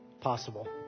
possible